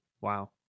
Wow